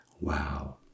Wow